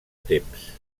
temps